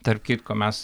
tarp kitko mes